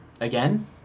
again